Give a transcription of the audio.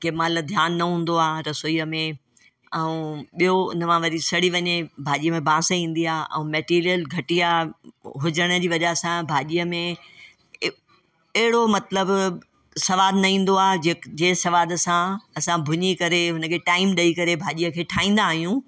केमहिल ध्यानु न हूंदो आहे रसोईअ में ऐं ॿियो हुन मां वरी सड़ी वञे भाॼी में बांस ईंदी आहे ऐं मैटिरियल घटिया हुजण जी वजाह सां भाॼीअ में अहिड़ो मतिलबु सवादु न ईंदो आहे जीअं जीअं सवाद सां असां भुञी करे हुन खे टाइम ॾई करे भाॼीअ खे ठाहींदा आहियूं